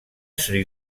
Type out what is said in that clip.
sri